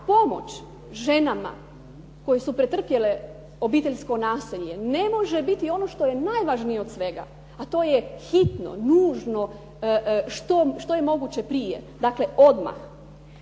pomoć ženama koje su pretrpjele obiteljsko nasilje, ne može ono biti što je najvažnije od svega. A to je hitno, nužno, što je moguće prije, dakle odmah.